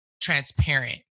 transparent